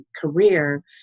career